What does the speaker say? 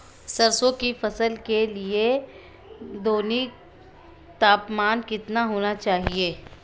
सरसों की फसल के लिए दैनिक तापमान कितना होना चाहिए?